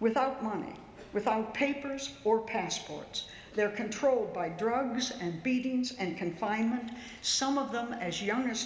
without money without papers or passports they're controlled by drugs and beatings and confinement some of them as young as